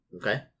Okay